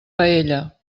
paella